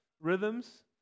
rhythms